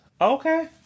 Okay